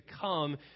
come